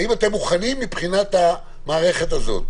האם אתם מוכנים מבחינת המערכת הזאת.